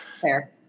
fair